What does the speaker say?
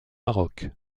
maroc